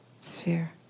sphere